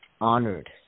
honored